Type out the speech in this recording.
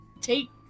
take